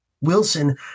Wilson